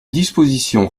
dispositions